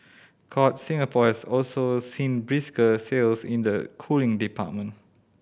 courts Singapore has also seen brisker sales in the cooling department